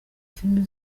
filimi